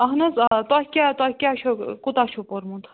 اہن حظ آ تۄہہِ کیاہ تۄہہِ کیاہ چھو کوتاہ چھو پوٚرمُت